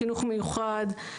חינוך מיוחד,